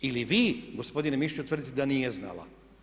Ili vi gospodine Mišiću tvrdite da nije znala?